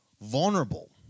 vulnerable